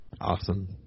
Awesome